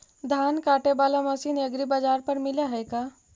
धान काटे बाला मशीन एग्रीबाजार पर मिल है का?